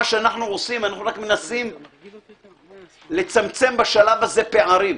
אנחנו רק מנסים לצמצם בשלב הזה פערים,